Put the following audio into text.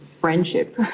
friendship